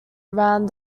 around